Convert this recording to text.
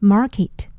Market 。